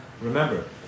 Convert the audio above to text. Remember